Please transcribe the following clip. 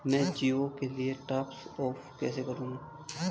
मैं जिओ के लिए टॉप अप कैसे करूँ?